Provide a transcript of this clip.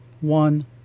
one